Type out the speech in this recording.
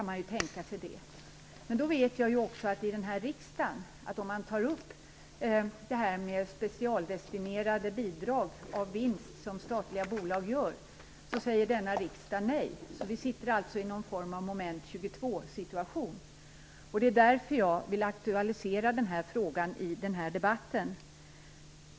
Men jag vet ju vad som händer om man tar upp detta med specialdestinerade bidrag från vinst som statliga bolag gör här i riksdagen. Då säger riksdagen nej. Vi sitter alltså i någon form av moment 22 situation. Därför vill jag aktualisera den här frågan i denna debatt.